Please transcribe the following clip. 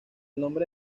nombre